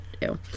Ew